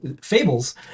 fables